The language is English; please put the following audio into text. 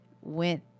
went